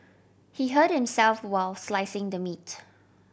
he hurt himself while slicing the meat